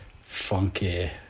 funky